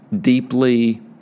deeply